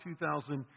2,000